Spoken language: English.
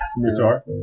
guitar